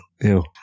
Ew